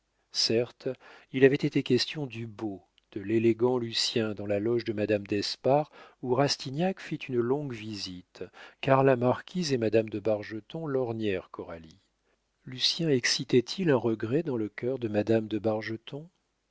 certes il avait été question du beau de l'élégant lucien dans la loge de madame d'espard où rastignac fit une longue visite car la marquise et madame de bargeton lorgnèrent coralie lucien excitait il un regret dans le cœur de madame de